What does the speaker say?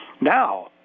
Now